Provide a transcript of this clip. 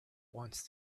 wants